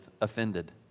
offended